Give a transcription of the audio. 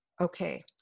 Okay